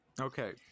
okay